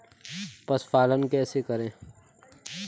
पशुपालन कैसे करें?